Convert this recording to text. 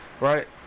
Right